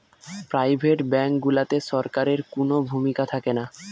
private bank গুলাতে সরকারের কুনো ভূমিকা থাকেনা